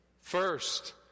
first